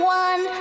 one